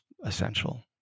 essential